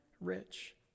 rich